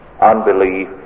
unbelief